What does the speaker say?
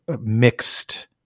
mixed